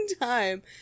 time